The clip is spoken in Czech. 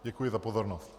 Děkuji za pozornost.